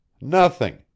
Nothing